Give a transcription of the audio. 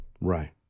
Right